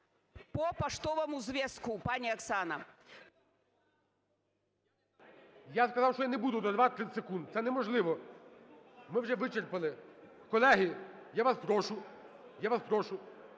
По поштовому зв'язку, пані Оксано… ГОЛОВУЮЧИЙ. Я сказав, що я не буду додавати 30 секунд. Це неможливо. Ми вже вичерпали. Колеги, я вас прошу, я вас прошу.